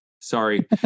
sorry